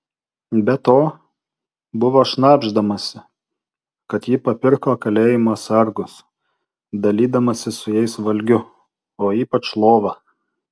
be to buvo šnabždamasi kad ji papirko kalėjimo sargus dalydamasi su jais valgiu o ypač lova